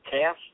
Cash